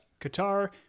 Qatar